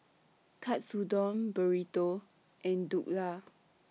Katsudon Burrito and Dhokla